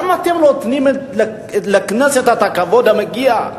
למה אתם לא נותנים לכנסת את הכבוד המגיע לה,